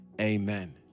amen